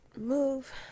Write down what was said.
move